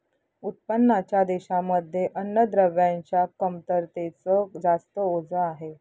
उत्पन्नाच्या देशांमध्ये अन्नद्रव्यांच्या कमतरतेच जास्त ओझ आहे